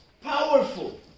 powerful